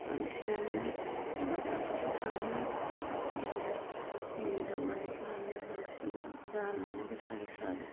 बांसिनानो गोबांथार फैसा थाङो बिदिनो मुलि दावालिफोरानो बांसिन दामानो गोसा गोसा आरो